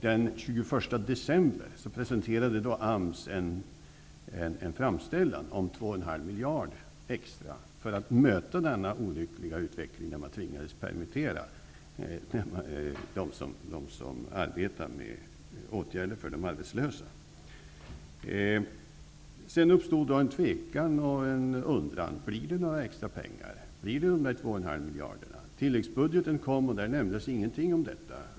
Den 21 december presenterade AMS en framställan om 2,5 miljarder extra för att möta den olyckliga utveckling som innebar att man tvingades permittera dem som arbetade med åtgärder för de arbetslösa. Sedan uppstod en tvekan och en undran: Blir det några extra pengar? Kommer dessa 2,5 miljarder? Budgeten kom, och där nämndes ingenting om detta.